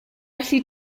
allu